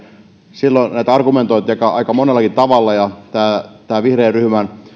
silloin tätä argumentoitiin aika monellakin tavalla tämä tämä vihreän ryhmän